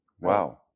Wow